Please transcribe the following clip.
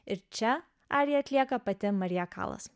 ir čia ariją atlieka pati marija kalas